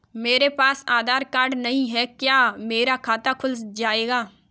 मेरे पास आधार कार्ड नहीं है क्या मेरा खाता खुल जाएगा?